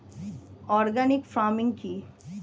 Organic farming কি?